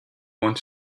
want